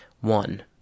One